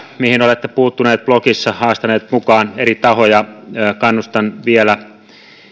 mihin olette puuttuneet blogissa haastaneet mukaan eri tahoja kannustan vielä